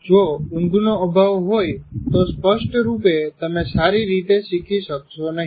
જો ઊંઘનો અભાવ હોય તો સ્પષ્ટરૂપે તમે સારી રીતે શીખી શકશો નહિ